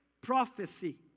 prophecy